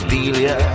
Delia